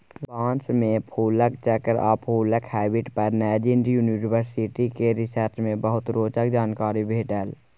बाँस मे फुलक चक्र आ फुलक हैबिट पर नैजिंड युनिवर्सिटी केर रिसर्च मे बहुते रोचक जानकारी भेटल